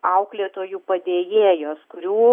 auklėtojų padėjėjos kurių